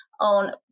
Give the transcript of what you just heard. on